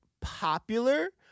popular